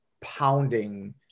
pounding